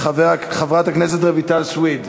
חברת הכנסת רויטל סויד.